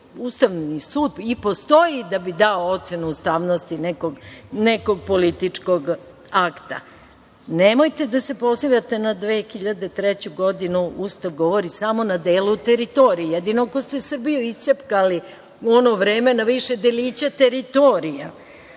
Ustavni sud i postoji da bi dao ocenu ustavnosti nekog političkog akta. Nemojte da se pozivate na 2003. godinu. Ustav govori samo na delu teritorije. Jedino ako ste Srbiju iscepkali u ono vreme na više delića, teritorija,